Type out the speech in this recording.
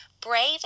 brave